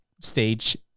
stage